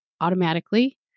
automatically